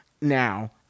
Now